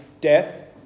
death